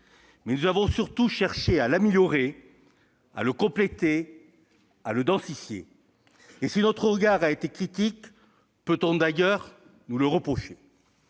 mais nous avons surtout cherché à l'améliorer, à le compléter, à le densifier. Et si notre regard a été critique, peut-on d'ailleurs nous le reprocher ?